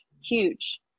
Huge